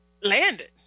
landed